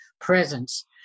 presence